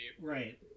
right